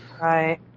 Right